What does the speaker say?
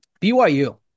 BYU